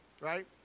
right